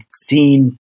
seen